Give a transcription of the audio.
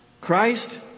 Christ